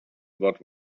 what